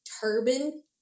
turban